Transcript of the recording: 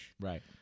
Right